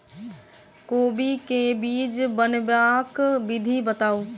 कोबी केँ बीज बनेबाक विधि बताऊ?